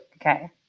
Okay